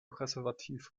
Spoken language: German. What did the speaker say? präservativ